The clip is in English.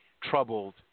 troubled